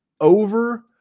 over